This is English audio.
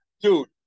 Dude